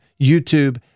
youtube